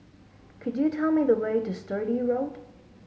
could you tell me the way to Sturdee Road